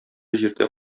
җирдә